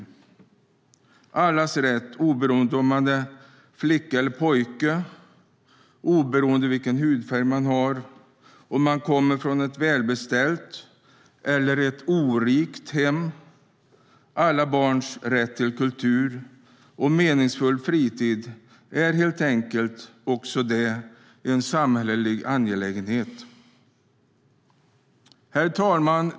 Det gäller allas rätt, oberoende av om man är flicka eller pojke, oberoende av vilken hudfärg man har och oberoende av om man kommer från ett välbeställt hem eller från ett orikt hem. Alla barns rätt till kultur och en meningsfull fritid är helt enkelt också en samhällelig angelägenhet. Herr talman!